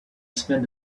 spend